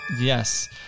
Yes